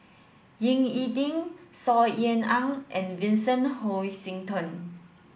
Ying E Ding Saw Ean Ang and Vincent Hoisington